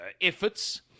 Efforts